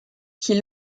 qui